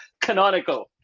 canonical